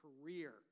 career